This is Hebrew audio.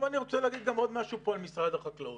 אני רוצה לומר כאן עוד משהו על משרד החקלאות.